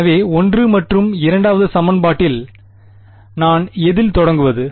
எனவே 1 மற்றும் 2 சமன்பாட்டில் நான் எதில் தொடங்குவது